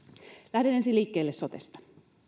lähden ensin liikkeelle sotesta